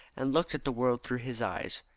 and looked at the world through his eyes.